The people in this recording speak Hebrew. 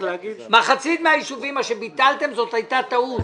מחצית הישובים שביטלתם, זאת הייתה טעות.